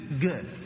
good